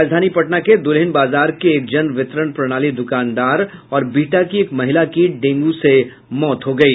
राजधानी पटना के दुल्हिन बाजार के एक जन वितरण प्रणाली दुकानदार और बिहटा की एक महिला की मौत डेंगू से हो गयी